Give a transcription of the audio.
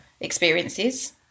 experiences